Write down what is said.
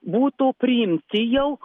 būtų priimti jau